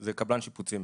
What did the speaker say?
זה קבלן שיפוצים.